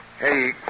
Hey